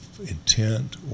intent